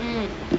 um